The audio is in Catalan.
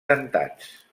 dentats